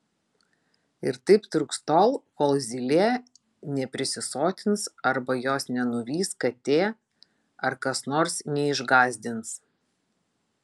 ir taip truks tol kol zylė neprisisotins arba jos nenuvys katė ar kas nors neišgąsdins